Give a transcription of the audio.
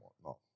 whatnot